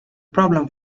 problem